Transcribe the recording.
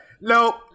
No